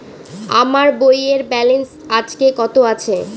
আমার বইয়ের ব্যালেন্স আজকে কত আছে?